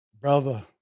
Brother